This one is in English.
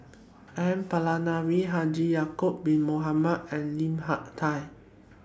N Palanivelu Haji Ya'Acob Bin Mohamed and Lim Hak Tai